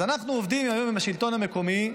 אז אנחנו עובדים היום עם השלטון המקומי,